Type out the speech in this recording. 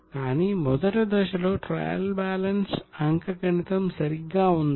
కానీ మొదటి దశలో ట్రయల్ బ్యాలెన్స్ అంకగణితం సరిగ్గా ఉందా